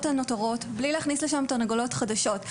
הנותרות בלי להכניס לשם תרנגולות חדשות.